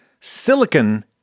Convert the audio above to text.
Silicon